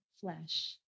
flesh